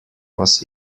was